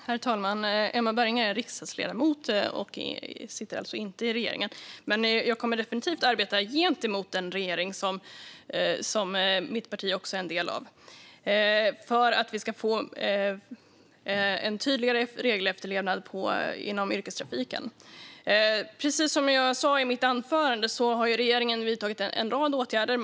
Herr talman! Emma Berginger är riksdagsledamot och sitter alltså inte i regeringen, men jag kommer definitivt att arbeta gentemot den regering som mitt parti är en del av för att vi ska få en tydligare regelefterlevnad inom yrkestrafiken. Precis som jag sa i mitt anförande har regeringen vidtagit en rad åtgärder.